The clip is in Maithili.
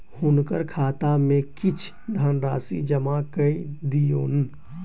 हुनकर खाता में किछ धनराशि जमा कय दियौन